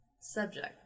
subject